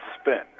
spin